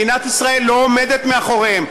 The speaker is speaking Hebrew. מדינת ישראל לא עומדת מאחוריהם,